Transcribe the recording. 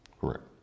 Correct